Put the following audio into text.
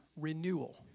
renewal